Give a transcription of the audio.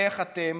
איך אתם